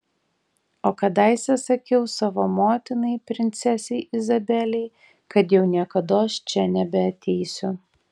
o kadaise sakiau savo motinai princesei izabelei kad jau niekados čia nebeateisiu